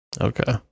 Okay